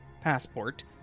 passport